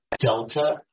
delta